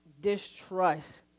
distrust